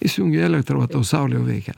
įsijungei elektrą vat tau saulė jau veikia